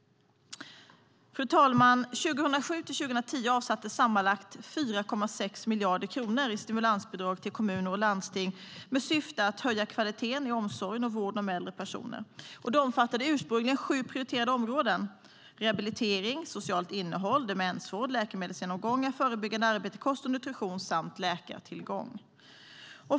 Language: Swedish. Fru talman! Åren 2007-2010 avsattes sammanlagt 4,6 miljarder kronor i stimulansbidrag till kommuner och landsting med syfte att höja kvaliteten i omsorgen och vården av äldre personer. Det omfattade ursprungligen sju prioriterade områden: rehabilitering, socialt innehåll, demensvård, läkemedelsgenomgång, förebyggande arbete, kost och nutrition samt läkartillgång.